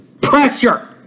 Pressure